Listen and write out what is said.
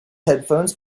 headphones